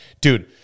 dude